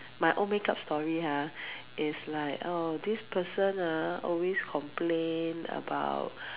my own make-up story ah is like oh this person ah always complain about